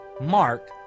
Mark